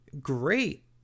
Great